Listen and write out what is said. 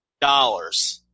dollars